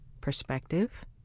perspective